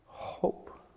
hope